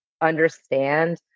understand